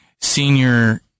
senior